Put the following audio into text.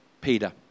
Peter